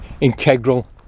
integral